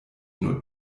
nur